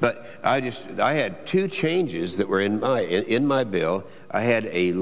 but i had two changes that were in in my bill i had a